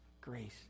grace